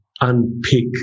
unpick